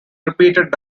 repeated